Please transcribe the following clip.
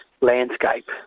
landscape